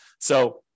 So-